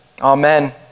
Amen